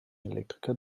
elektriker